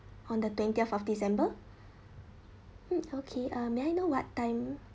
on the twentieth of december mm okay uh may I know what time